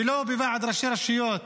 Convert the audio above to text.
ולא בוועד ראשי הרשויות,